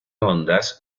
ondas